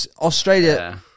Australia